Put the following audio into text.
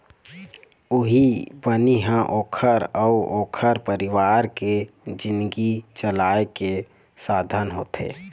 उहीं बनी ह ओखर अउ ओखर परिवार के जिनगी चलाए के साधन होथे